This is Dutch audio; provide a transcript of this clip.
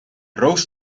roos